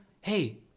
Hey